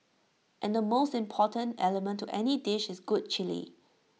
and the most important element to any dish is good Chilli